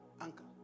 uncle